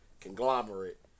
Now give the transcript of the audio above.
conglomerate